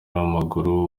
w’amaguru